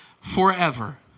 forever